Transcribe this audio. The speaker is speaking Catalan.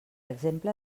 exemple